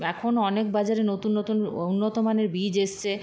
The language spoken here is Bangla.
এখন অনেক বাজারে নতুন নতুন উন্নত মানের বীজ এসেছে